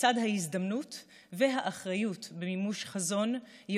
לצד ההזדמנות והאחריות במימוש חזון מדינת ישראל,